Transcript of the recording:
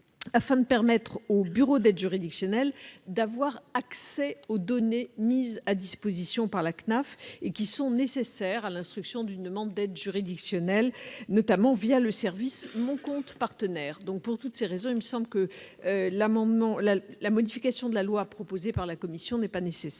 afin de permettre aux bureaux d'aide juridictionnelle d'avoir accès aux données mises à disposition par la CNAF et qui sont nécessaires à l'instruction d'une demande d'aide juridictionnelle, notamment le service « Mon compte partenaire ». Pour toutes ces raisons, il me semble que la modification de la loi proposée par la commission n'est pas nécessaire.